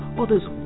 others